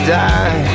die